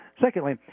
Secondly